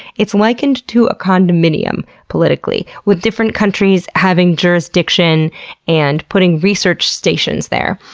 it's likened to a condominium, politically, with different countries having jurisdiction and putting research stations there.